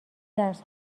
درس